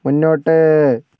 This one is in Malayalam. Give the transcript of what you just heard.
മുന്നോട്ട്